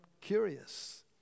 curious